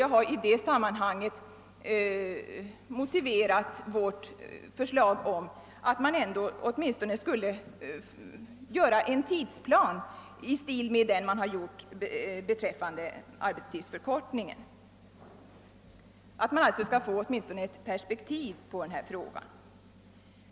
Jag har i det sammanhanget motiverat vårt förslag om att man åtminstone borde göra upp en tidsplan i stil med vad som skett beträffande arbetstidsförkortningen för att åtminstone få ett visst perspektiv på denna fråga.